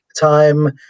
time